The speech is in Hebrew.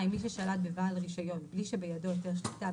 מי ששלט בבעל רישיון בלי שבידו היתר שליטה,